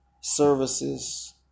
services